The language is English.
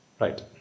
Right